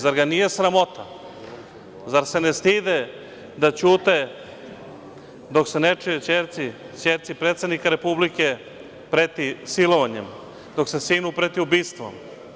Zar ga nije sramota, zar se ne stide da ćute dok se nečijoj ćerci predsednika Republike preti silovanjem, dok se sinu preti ubistvom.